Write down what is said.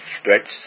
Stretch